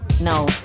No